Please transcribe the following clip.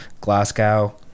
Glasgow